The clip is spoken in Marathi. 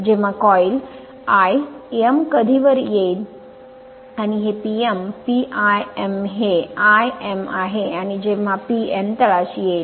जेव्हा कॉईल l m कधी वर येईल आणि हे P m p l m हे l m आहे आणि जेव्हा हे p n तळाशी येईल